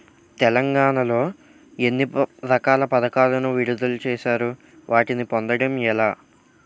తెలంగాణ లో ఎన్ని రకాల పథకాలను విడుదల చేశారు? వాటిని పొందడం ఎలా?